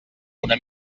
una